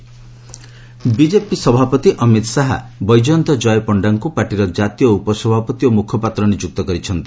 BJP Jay Panda BJP ସଭାପତି ଅମିତ ଶାହା ବୈଜୟନ୍ତ କୟ ପଣ୍ଡାଙ୍କୁ ପାର୍ଟିର ଜାତୀୟ ଉପସଭାପତି ଓ ମୁଖପାତ୍ର ନିଯୁକ୍ତ କରିଛନ୍ତି